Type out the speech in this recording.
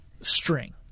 string